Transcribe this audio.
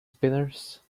spinners